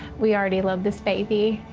we already love this baby.